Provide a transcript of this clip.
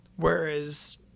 Whereas